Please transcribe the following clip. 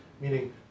meaning